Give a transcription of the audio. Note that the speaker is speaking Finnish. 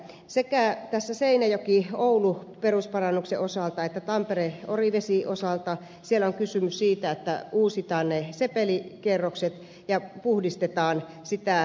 sekä seinäjokioulu perusparannuksen osalta että tampereoriveden osalta on kysymys siitä että uusitaan sepelikerrokset ja puhdistetaan niitä